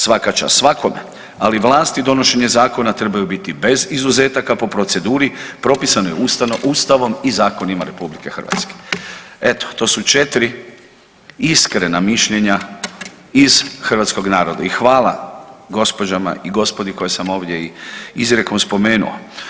Svaka čast svakome, ali vlasti i donošenje zakona trebaju biti bez izuzetaka po proceduri, propisanoj Ustavom i zakonima RH.“ Eto to su četiri iskrena mišljenja iz hrvatskog naroda i hvala gospođama i gospodi koje sam ovdje izrijekom i spomenuo.